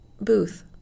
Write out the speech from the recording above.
booth